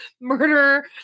murder